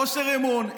חוסר אמון,